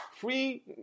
free